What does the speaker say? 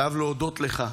חייב להודות לך,